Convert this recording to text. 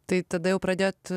tai tada jau pradėjot